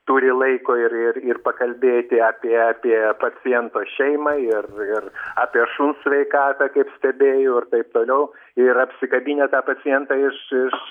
turi laiko ir ir ir pakalbėti apie apie paciento šeimą ir ir apie šuns sveikatą kaip stebėjau ir taip toliau ir apsikabinę tą pacientą iš iš